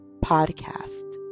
podcast